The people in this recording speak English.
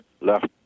left